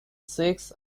six